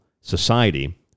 society